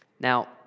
Now